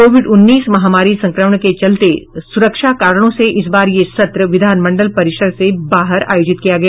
Covid उन्नीस महामारी संक्रमण के चलते सुरक्षा कारणों से इस बार यह सत्र विधानमंडल परिसर से बाहर आयोजित किया गया